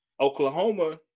Oklahoma